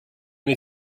and